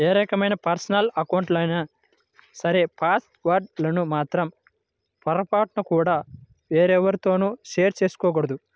ఏ రకమైన పర్సనల్ అకౌంట్లైనా సరే పాస్ వర్డ్ లను మాత్రం పొరపాటున కూడా ఎవ్వరితోనూ షేర్ చేసుకోకూడదు